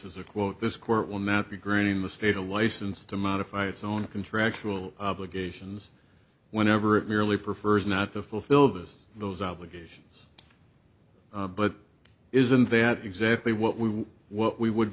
is a quote this court will not be granting the state a license to modify its own contractual obligations whenever it merely prefers not to fulfill this those obligations but isn't that exactly what we what we would